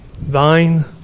Thine